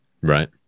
right